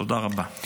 תודה רבה.